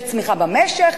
יש צמיחה במשק,